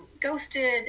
ghosted